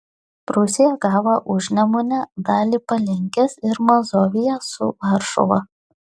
prūsija gavo užnemunę dalį palenkės ir mazoviją su varšuva